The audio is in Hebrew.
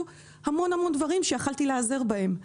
הרבה מאוד דברים שיכולתי להיעזר בהם.